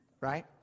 right